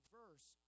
verse